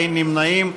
אין נמנעים.